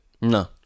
No